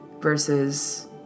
versus